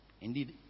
Indeed